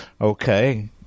Okay